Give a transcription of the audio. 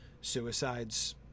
suicides